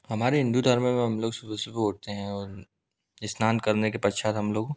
हमारे हिन्दू धर्म में हम लोग सुबह सुबह उठते है और स्नान करने के पश्चात हम लोग